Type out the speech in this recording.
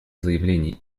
заявлений